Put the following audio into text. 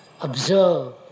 observe